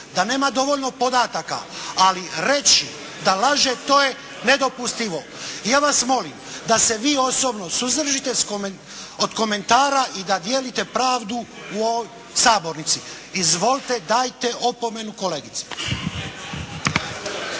da nema dovoljno podataka ali reći da laže to je nedopustivo. I ja vas molim da se vi osobno suzdržite od komentara i da dijelite pravdu u ovoj sabornici. Izvolite, dajte opomenu kolegici.